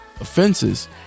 offenses